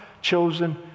chosen